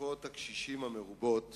תקיפות הקשישים המרובות